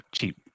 cheap